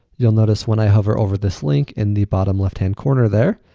you will notice when i hover over this link, in the bottom, left-hand corner there,